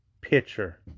pitcher